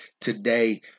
today